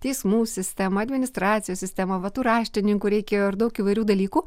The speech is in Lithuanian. teismų sistemą administracijų sistemą va tų raštininkų reikėjo ir daug įvairių dalykų